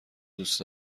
دوست